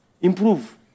Improve